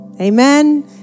Amen